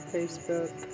Facebook